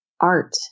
art